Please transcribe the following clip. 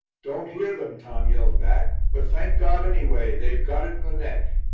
don't hear them, tom yelled back. but, thank god, anyway they've got it in the neck.